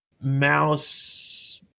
mouse